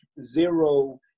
zero